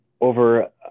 over